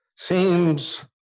seems